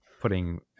putting